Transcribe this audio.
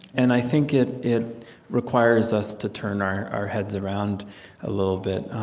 and i think it it requires us to turn our our heads around a little bit.